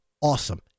awesome